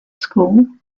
school